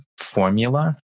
formula